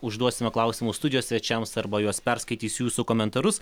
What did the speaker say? užduosime klausimus studijos svečiams arba juos perskaitys jūsų komentarus